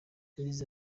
yagize